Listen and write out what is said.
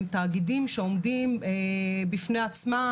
הם תאגידים שעומדים בפני עצמם,